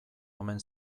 omen